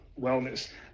wellness